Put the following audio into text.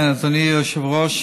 אדוני היושב-ראש.